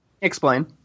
Explain